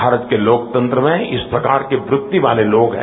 भारत के लोकतंत्र में इस प्रकार के वृत्ति वाले लोग हैं